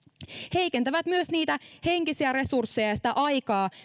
heikentävät myös niitä henkisiä resursseja ja sitä aikaa